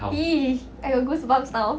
!ee! I got goosebumps now